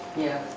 yeah,